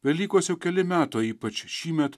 velykos jau keli metai o ypač šįmet